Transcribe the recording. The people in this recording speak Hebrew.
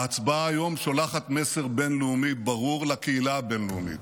ההצבעה היום שולחת מסר בין-לאומי ברור לקהילה הבין-לאומית,